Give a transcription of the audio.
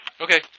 Okay